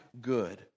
good